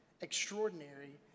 extraordinary